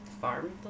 farm